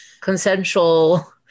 consensual